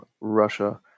Russia